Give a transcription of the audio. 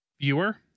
viewer